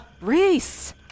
Reese